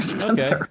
Okay